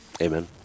Amen